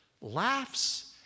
laughs